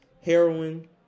heroin